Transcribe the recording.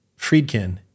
Friedkin